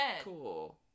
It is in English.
Cool